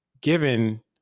given